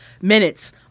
minutes